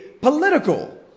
political